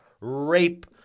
rape